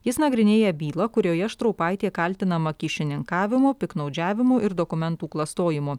jis nagrinėja bylą kurioje štraupaitė kaltinama kyšininkavimu piktnaudžiavimu ir dokumentų klastojimu